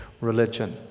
religion